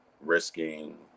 risking